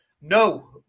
No